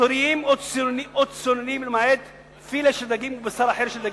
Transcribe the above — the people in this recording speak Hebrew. דגים טריים או צוננים למעט פילה של דגים או בשר אחר של דגים,